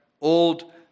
old